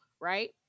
right